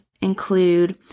include